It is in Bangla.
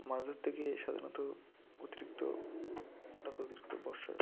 মাছ ধরতে গিয়ে সাধারণত অতিরিক্ত হঠাৎ অতিরিক্ত বর্ষায়